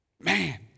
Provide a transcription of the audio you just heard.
Man